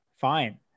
fine